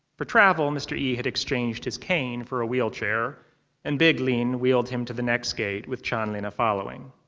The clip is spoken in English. for travel, mr. yi had exchanged his cane for a wheelchair and big lin wheeled him to the next gate with chanlina following.